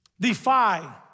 Defy